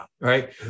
Right